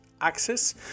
access